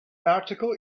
article